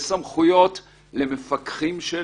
יש סמכויות למפקחים של